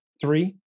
Three